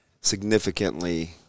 significantly